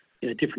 different